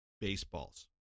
baseballs